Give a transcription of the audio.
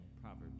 Proverbs